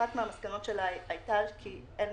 אחת מהמסקנות שלה היה שאין